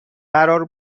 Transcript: قرار